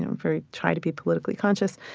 very, try to be politically conscious.